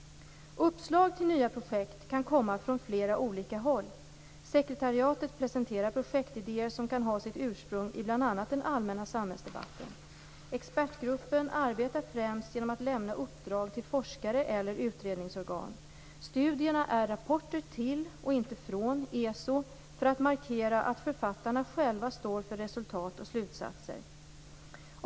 Uppslag till nya projekt kan komma från flera olika håll. Sekretariatet presenterar projektidéer som kan ha sitt ursprung i bl.a. den allmänna samhällsdebatten. Expertgruppen arbetar främst genom att lämna uppdrag till forskare eller utredningsorgan. Studierna är rapporter till och inte från ESO för att markera att författarna själva står för resultat och slutsatser.